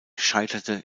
scheiterte